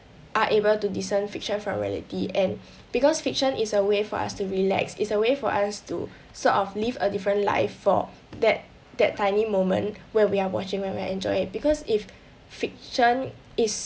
are able to discern fiction from reality and because fiction is a way for us to relax is a way for us to sort of live a different life for that that tiny moment where we are watching when we are enjoy it because if fiction is